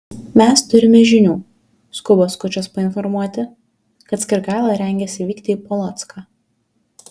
mes turime žinių skuba skučas painformuoti kad skirgaila rengiasi vykti į polocką